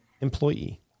employee